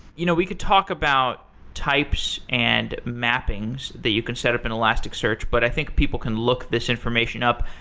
you know we could talk about types and mappings that you can setup in elasticsearch, but i think people can look this information up.